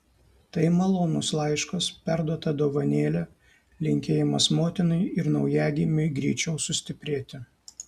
tai malonus laiškas perduota dovanėlė linkėjimas motinai ir naujagimiui greičiau sustiprėti